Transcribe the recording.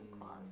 clause